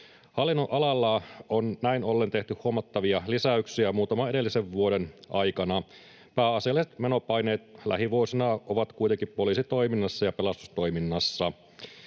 Hallinnonalalla on näin ollen tehty huomattavia lisäyksiä muutaman edellisen vuoden aikana. Pääasialliset menopaineet lähivuosina ovat kuitenkin poliisitoiminnassa ja pelastustoiminnassa.